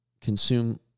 consume